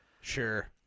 Sure